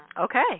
Okay